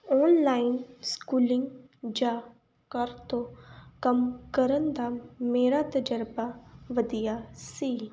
online schooling ਜਾਂ ਘਰ ਤੋਂ ਕੰਮ ਕਰਨ ਦਾ ਮੇਰਾ ਤਜਰਬਾ ਵਧੀਆ ਸੀ